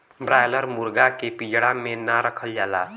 broiler मुरगा के पिजड़ा में ना रखल जाला